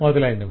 మొదలైనవి